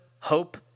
hope